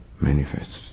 manifests